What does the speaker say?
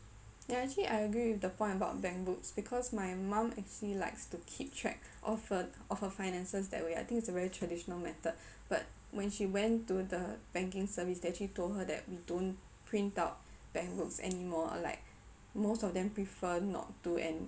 ya actually I agree with the point about bank books because my mum actually likes to keep track of her of her finances that way I think its a very traditional method but when she went to the banking service they actually told her that we don't print out bank books anymore or like most of them prefer not to and